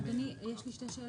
אדוני, יש לי שתי שאלות.